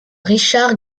richard